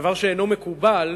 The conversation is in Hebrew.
זה דבר שאינו מקובל,